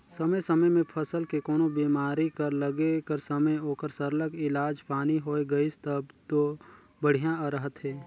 समे समे में फसल के कोनो बेमारी कर लगे कर समे ओकर सरलग इलाज पानी होए गइस तब दो बड़िहा रहथे